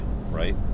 right